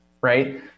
right